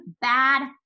bad